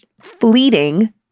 fleeting—